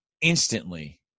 instantly